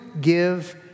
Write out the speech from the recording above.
give